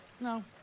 No